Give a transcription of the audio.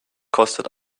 kostet